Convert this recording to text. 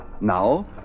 Now